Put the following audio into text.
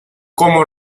como